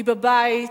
היא בבית,